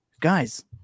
Guys